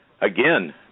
again